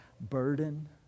burden